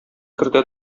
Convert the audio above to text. кертә